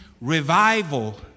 revival